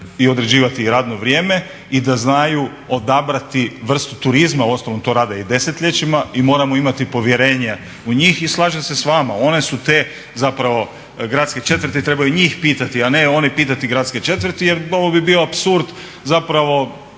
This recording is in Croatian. i određivati i radno vrijeme i da znaju odabrati vrstu turizma, uostalom to rade i desetljećima i moramo imati povjerenja u njih. I slažem se s vama, one su te zapravo gradske četvrti trebaju njih pitati, a ne oni pitati gradske četvrti, jer ovo bi bio apsurd zapravo